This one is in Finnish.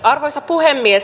arvoisa puhemies